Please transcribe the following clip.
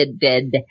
dead